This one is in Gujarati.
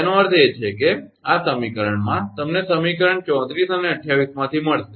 તેનો અર્થ એ છે કે સમીકરણમાં તમને સમીકરણ 34 અને 28 માંથી મળશે